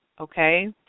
okay